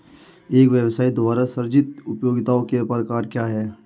एक व्यवसाय द्वारा सृजित उपयोगिताओं के प्रकार क्या हैं?